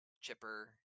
Chipper